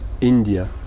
India